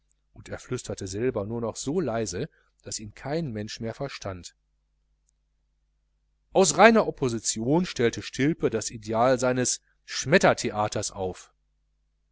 und er flüsterte selber nur noch so leise daß ihn kein mensch mehr verstand ans reiner opposition stellte stilpe das ideal eines schmettertheaters auf